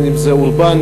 אם זה אורבני,